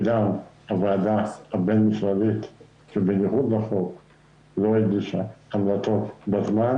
וגם הוועדה הבין-משרדית שבניגוד לחוק לא רגישה ולא פעלה בזמן,